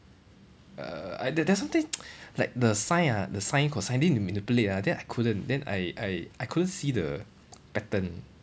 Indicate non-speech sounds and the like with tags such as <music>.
uh I there there's some things <noise> like the sine ah the sine cosine need manipulate ah then I couldn't then I I I couldn't see the pattern